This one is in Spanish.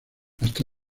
hasta